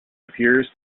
appears